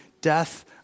death